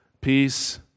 peace